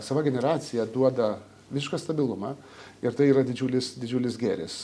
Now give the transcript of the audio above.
sava generacija duoda visišką stabilumą ir tai yra didžiulis didžiulis gėris